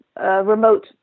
remote